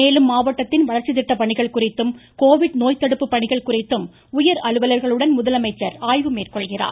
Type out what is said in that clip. மேலும் மாவட்டத்தின் வளர்ச்சி திட்ட பணிகள் குறித்தும் கோவிட் நோய் தடுப்பு பணிகள் குறித்தும் உயர் அலுவலர்களுடன் முதலமைச்சர் ஆய்வு மேற்கொள்கிறார்